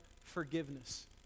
forgiveness